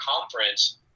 conference